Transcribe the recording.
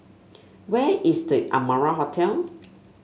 where is The Amara Hotel